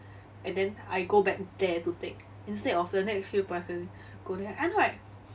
and then I go back there to take instead of the next few person go there I know right